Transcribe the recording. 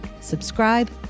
Subscribe